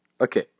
Okay